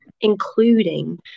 including